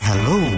Hello